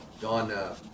Don